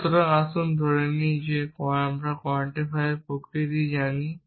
সুতরাং আসুন আমরা ধরে নিই যে আমরা কোয়ান্টিফায়ারের প্রকৃতি জানি